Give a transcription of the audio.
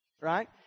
right